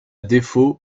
défaut